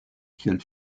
kiel